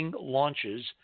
launches